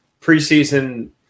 preseason